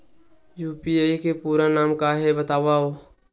UPI के पूरा नाम का हे बतावव?